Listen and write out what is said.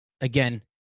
Again